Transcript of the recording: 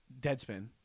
Deadspin